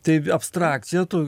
tai abstrakcija tu